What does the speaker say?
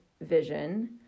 vision